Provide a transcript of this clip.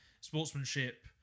sportsmanship